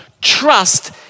trust